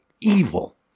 evil